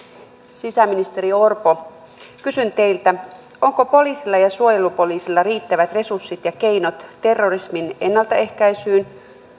sisäministeri orpo kysyn teiltä onko poliisilla ja suojelupoliisilla riittävät resurssit ja keinot terrorismin ennaltaehkäisyyn